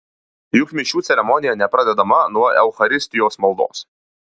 juk mišių ceremonija nepradedama nuo eucharistijos maldos